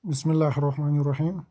بِسمِہ اللہِ الرحمٰنِ الرحیم